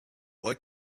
why